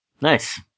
Nice